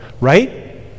right